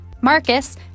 Marcus